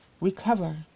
recover